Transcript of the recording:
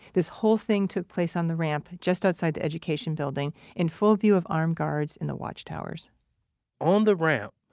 this whole thing took place on the ramp, just outside the education building in full view of armed guards in the watchtowers on the ramp,